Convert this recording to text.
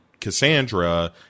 Cassandra